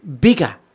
bigger